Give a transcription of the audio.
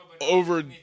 over